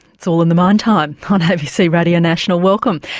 it's all in the mind time on abc radio national welcome.